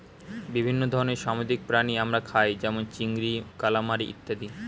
বিভিন্ন ধরনের সামুদ্রিক প্রাণী আমরা খাই যেমন চিংড়ি, কালামারী ইত্যাদি